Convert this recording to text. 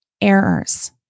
errors